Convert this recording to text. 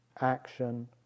action